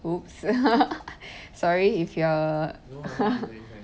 !oops! sorry if you are a